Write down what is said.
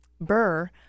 Burr